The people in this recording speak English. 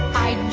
i